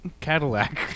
Cadillac